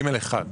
(ג)(1).